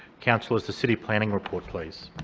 councillors, to city planning report, please.